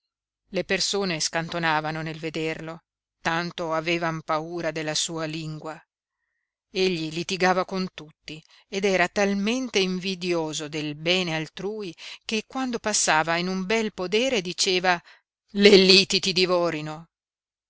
le persone scantonavano nel vederlo tanto avevan paura della sua lingua egli litigava con tutti ed era talmente invidioso del bene altrui che quando passava in un bel podere diceva le liti ti divorino